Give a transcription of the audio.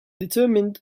determined